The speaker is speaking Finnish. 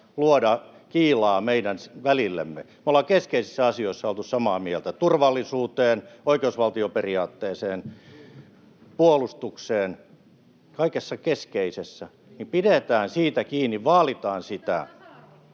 luoda kiilaa meidän välillemme. Me ollaan keskeisissä asioissa oltu samaa mieltä: turvallisuudessa, oikeusvaltioperiaatteessa, puolustuksessa, kaikessa keskeisessä. Pidetään siitä kiinni, vaalitaan sitä.